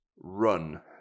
run